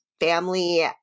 family